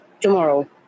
tomorrow